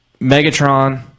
Megatron